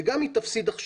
והיא תפסיד גם עכשיו.